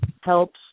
helps